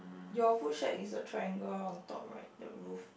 your food shack is a triangle on top right the roof